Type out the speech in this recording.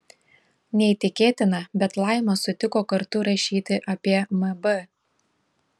neįtikėtina bet laima sutiko kartu rašyti apie mb